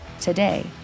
today